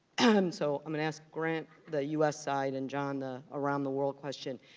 um so i'm gonna ask grant the u s. side and john the around the world question.